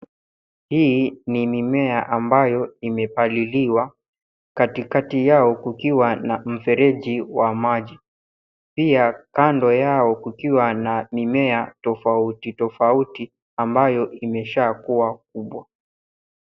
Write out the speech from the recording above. Hii ni mimea ambayo imepaliliwa . Katikati yao kukiwa na mfereji wa maji. Pia kando yao kukiwa na mimea tofauti tofauti, ambayo imeshakua kubwa.